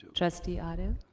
trustee otto?